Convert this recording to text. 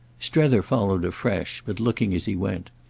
strether followed afresh, but looking as he went.